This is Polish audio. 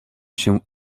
się